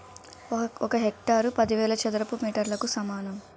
ఒక హెక్టారు పదివేల చదరపు మీటర్లకు సమానం